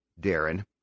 Darren